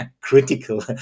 critical